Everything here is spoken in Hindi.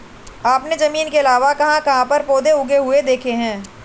आपने जमीन के अलावा कहाँ कहाँ पर पौधे उगे हुए देखे हैं?